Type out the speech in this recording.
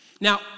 Now